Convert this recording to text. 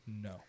no